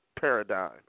paradigm